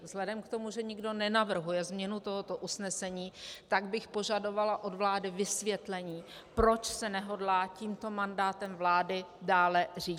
Vzhledem k tomu, že nikdo nenavrhuje změnu tohoto usnesení, tak bych požadovala od vlády vysvětlení, proč se nehodlá tímto mandátem vlády dále řídit.